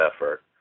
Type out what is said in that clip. effort